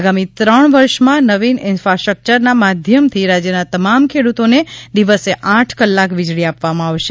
આગામી ત્રણ વર્ષમાં નવીન ઇન્ફાસ્ટ્રકચરના માધ્યમથી રાજ્યના તમામ ખેડૂતોને દિવસે આઠ કલાક વીજળી આપવામાં આવશે